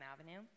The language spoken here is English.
Avenue